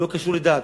לא קשור לדת.